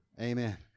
Amen